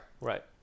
Right